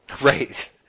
Right